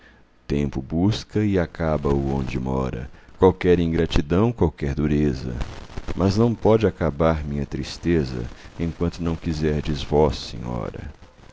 tempo busca e acaba o onde mora qualquer ingratidão qualquer dureza mas neo pode acabar minha tristeza enquanto não quiserdes vós senhora